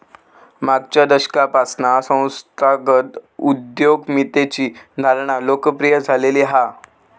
मागच्या दशकापासना संस्थागत उद्यमितेची धारणा लोकप्रिय झालेली हा